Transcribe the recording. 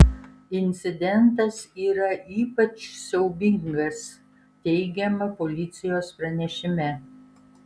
incidentas yra ypač siaubingas teigiama policijos pranešime